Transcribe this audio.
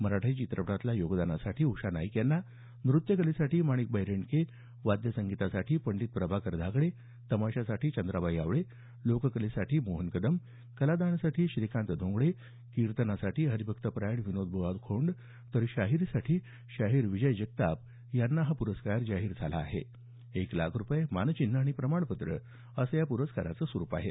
मराठी चित्रपटातल्या योगदानासाठी उषा नाईक यांना नृत्य कलेसाठी माणिकबाई रेंडके वाद्यसंगीतासाठी पंडित प्रभाकर धाकडे तमाशासाठी चंद्राबाई आवळे लोककलेसाठी मोहन कदम कलादानसाठी श्रीकांत धोंगडे कीर्तनासाठी हरिभक्त परायण विनोदब्वा खोंड तर शाहिरीसाठी शाहीर विजय जगताप यांना हा पुरस्कार जाहीर झाला आहे एक लाख रुपये मानचिन्ह आणि प्रमाणपत्र असं या प्रस्काराचं स्वरुप आहे